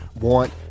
want